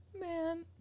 Man